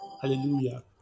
hallelujah